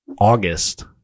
August